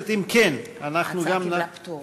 ההצעה קיבלה פטור